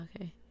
okay